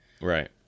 Right